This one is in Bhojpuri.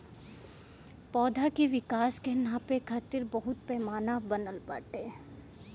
पौधा के विकास के नापे खातिर बहुते पैमाना बनल बाटे